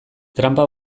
tranpa